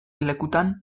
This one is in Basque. lekutan